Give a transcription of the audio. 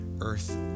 earth